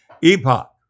epoch